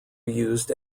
used